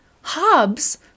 Hobbes